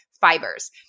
fibers